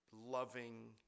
loving